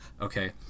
okay